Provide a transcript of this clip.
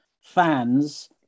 fans